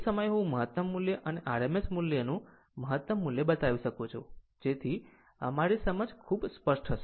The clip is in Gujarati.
તે જ સમયે હું મહતમ મુલ્ય અને RMS મુલ્યનું RMS મુલ્ય મહતમ મુલ્ય બતાવી શકું છું કે જેથી અમારી સમજ ખૂબ સ્પષ્ટ હશે